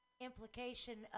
implication